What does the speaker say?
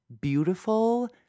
beautiful